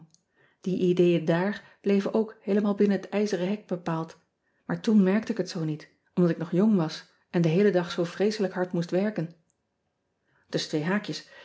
ie ideeën daar bleven ook heelemaal binnen het ijzeren hek bepaald maar toen merkte ik het zoo niet omdat ik nog jong was en den heelen dag zoo vreeselijk hard moest werken usschen twee haakjes